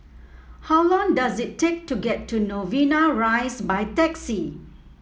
how long does it take to get to Novena Rise by taxi